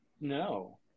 No